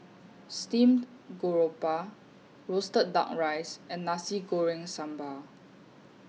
Steamed Garoupa Roasted Duck Rice and Nasi Goreng Sambal